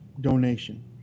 donation